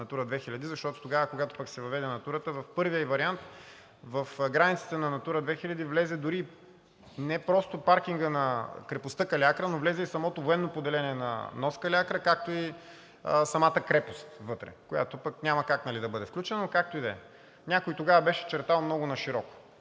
на Натура 2000. Защото тогава, когато пък се въведе Натурата в първия ѝ вариант, в границите на Натура 2000 влезе дори не просто паркингът на крепостта Калиакра, но влезе и самото военно поделение на нос Калиакра, както и самата крепост вътре, която пък няма как да бъде включена, но както и да е. Някой тогава беше чертал много нашироко.